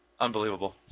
Unbelievable